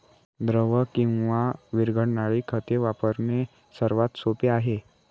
द्रव किंवा विरघळणारी खते वापरणे सर्वात सोपे आहे